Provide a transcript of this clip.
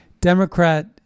Democrat